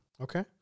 Okay